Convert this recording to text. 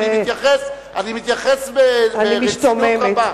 אני מתייחס ברצינות רבה,